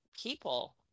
people